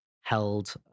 held